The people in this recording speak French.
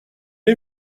est